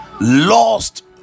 lost